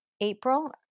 April